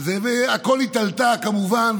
את הכול היא תלתה כמובן,